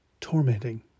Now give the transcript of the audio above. tormenting